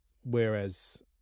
Whereas